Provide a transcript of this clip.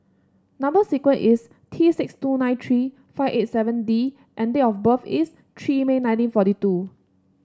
number sequence is T six two nine three five eight seven D and date of birth is three May nineteen forty two